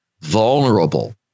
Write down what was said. vulnerable